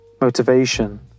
Motivation